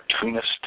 cartoonist